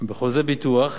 בחוזה ביטוח,